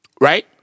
Right